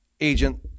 agent